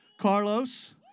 Carlos